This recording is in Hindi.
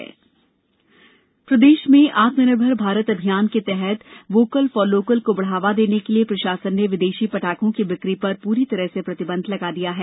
पटाखा प्रतिबंध प्रदेश में आत्मनिर्भर भारत अभियान के तहत वोकल फॉर लोकल को बढ़ावा देने के लिए प्रशासन ने विदेशी पटाखों की बिक्री पर पूरी तरह से प्रतिबंध लगा दिया है